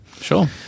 Sure